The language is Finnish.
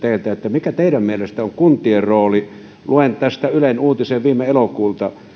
mikä teidän mielestänne on kuntien rooli luen tästä ylen uutisen viime elokuulta